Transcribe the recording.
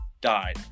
died